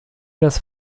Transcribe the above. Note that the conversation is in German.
das